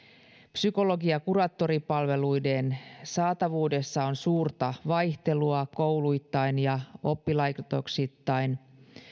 psykologi ja kuraattoripalveluiden saatavuudessa on suurta vaihtelua kouluittain ja oppilaitoksittain